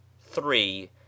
three